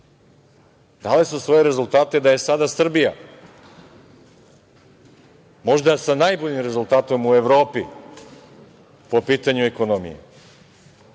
Dali su svoje rezultate da je sada Srbija možda sa najboljim rezultatom u Evropi po pitanju ekonomije. To